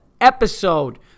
episode